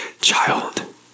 child